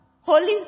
Holy